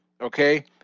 okay